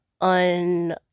on